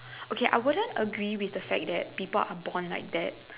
okay I wouldn't agree with the fact that people are born like that